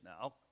now